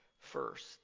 first